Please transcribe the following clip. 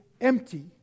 empty